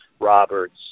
Roberts